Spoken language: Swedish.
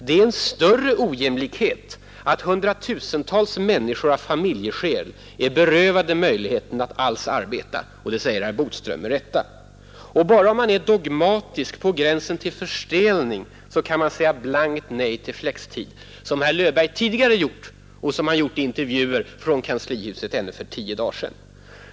”Det är en större ojämlikhet att hundratusentals människor av familjeskäl är berövade möjligheten att alls arbeta.” Och det har Lennart Bodström alldeles rätt i. Bara om man är dogmatisk på gränsen till förstelning kan man säga blankt nej till flextid, som herr Löfberg tidigare gjort och som han gjorde i intervjuer i Kanslihuset ännu för tio dagar sedan.